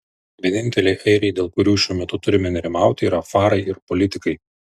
vieninteliai airiai dėl kurių šiuo metu turime nerimauti yra farai ir politikai